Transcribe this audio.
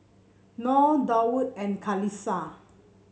nor Daud and Khalish